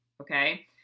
Okay